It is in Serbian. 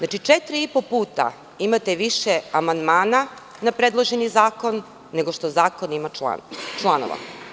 Dakle, četiri i po puta imate više amandmana na predloženi zakona, nego što zakon ima članova.